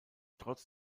trotz